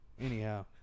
Anyhow